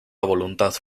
voluntad